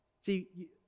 See